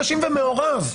נשים ומעורב,